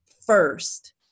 First